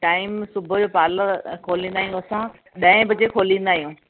time सुबुह जो parlour खोलींदा आहियूं असां ॾहें बजे खोलींदा आहियूं